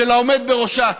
של העומד בראשה,